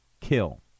kill